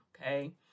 okay